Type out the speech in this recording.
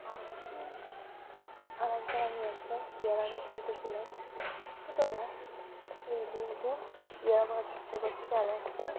আর আর একবার আমি একবার পেয়ারা গাছে উঠেছিলাম ছোটো গাছ সেই দিয়ে উঠে পেয়ারা পাড়ার চেষ্টা করছি আর একটা